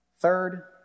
Third